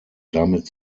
damit